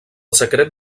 secret